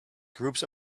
groups